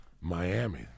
Miami